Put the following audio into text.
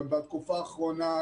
אבל בתקופה האחרונה,